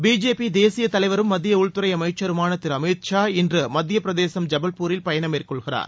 BJP தேசியத் தலைவரும் மத்திய உள்துறை அமைச்சருமான திரு அமித் ஷா இன்று மத்தியப்பிரதேசம் ஜபல்பூரில் பயணம் மேற்கொள்கிறார்